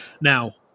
Now